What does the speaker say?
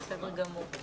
לכולם.